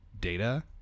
data